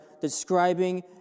describing